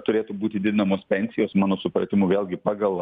turėtų būti didinamos pensijos mano supratimu vėlgi pagal